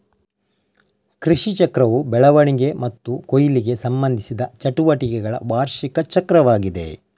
ಕೃಷಿಚಕ್ರವು ಬೆಳವಣಿಗೆ ಮತ್ತು ಕೊಯ್ಲಿಗೆ ಸಂಬಂಧಿಸಿದ ಚಟುವಟಿಕೆಗಳ ವಾರ್ಷಿಕ ಚಕ್ರವಾಗಿದೆ